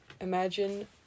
imagine